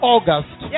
August